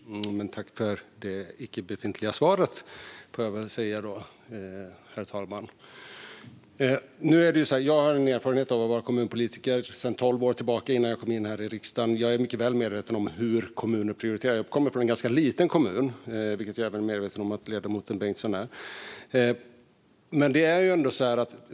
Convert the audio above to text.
Herr talman! Tack, Mathias Bengtsson, för det icke-befintliga svaret, får jag väl säga då. Jag har erfarenhet av att vara kommunpolitiker sedan tolv år tillbaka, innan jag kom in i riksdagen, så jag är mycket väl medveten om hur kommuner prioriterar. Jag kommer från en ganska liten kommun, vilket jag är medveten om att även ledamoten Bengtsson gör.